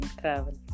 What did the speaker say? Travel